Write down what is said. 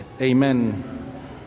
Amen